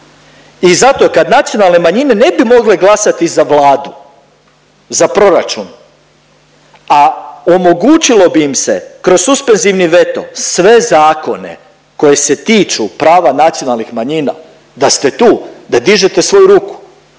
I zato kad nacionalne manjine ne bi mogle glasati za Vladu, za proračun, a omogućilo bi im se kroz suspenzivni veto sve zakona koji se tiču prava nacionalnih manjina da ste tu, da dižete svoju ruku,